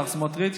השר סמוטריץ',